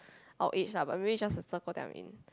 our age lah but maybe it's just the circle that I'm in